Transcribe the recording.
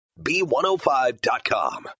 B105.com